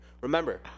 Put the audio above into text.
Remember